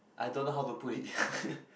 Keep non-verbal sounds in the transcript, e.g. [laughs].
I don't know how to put it [laughs]